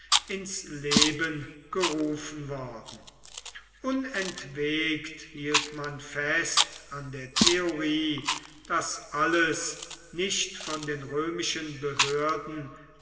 ins leben gerufen worden unentwegt hielt man fest an der theorie daß alles nicht von den römischen behörden